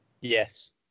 Yes